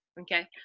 okay